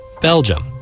Belgium